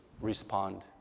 respond